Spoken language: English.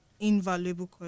Invaluable